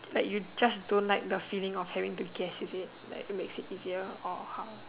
like you just don't like the feeling of having to guess is it like it makes it easier or how